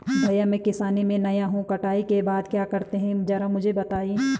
भैया मैं किसानी में नया हूं कटाई के बाद क्या करते हैं जरा मुझे बताएं?